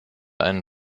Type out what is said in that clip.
einen